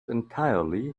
entirely